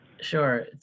Sure